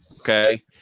Okay